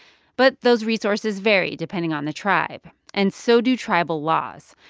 but those resources vary depending on the tribe. and so do tribal laws.